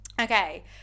Okay